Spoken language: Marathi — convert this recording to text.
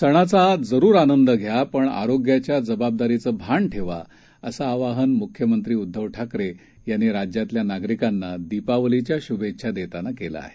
सणाचा जरूर आनंद घ्या पण आरोग्याच्या जबाबदारीचं भान ठेवा असं आवाहन मुख्यमंत्री उद्दव ठाकरे यांनी राज्यातल्या नागरिकांना दीपावलीच्या शूभेच्छा देताना केलं आहे